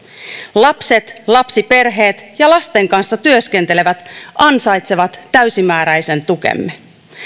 lapset lapsiperheet ja lasten kanssa työskentelevät ansaitsevat täysimääräisen tukemme